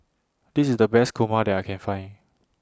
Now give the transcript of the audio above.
This IS The Best Kurma that I Can Find